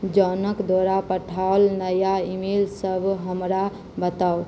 जॉनक द्वारा पठाओल नया ईमेल सभ हमरा बताउ